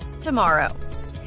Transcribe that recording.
tomorrow